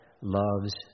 loves